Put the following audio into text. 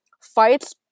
fights